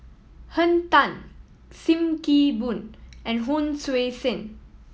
Henn Tan Sim Kee Boon and Hon Sui Sen